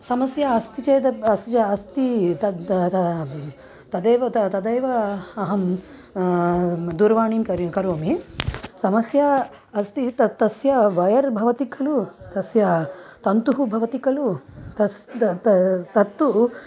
समस्या अस्ति चेत् अस्ति तदेव तदैव अहं दूरवाणीं करिं करोमि समस्या अस्ति तत् तस्य वयर् भवति खलु तस्य तन्तुः भवति खलु तस्य त तत् तु